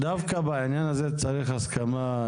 בעניין הזה לדעתי צריך הסכמה.